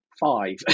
five